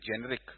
generic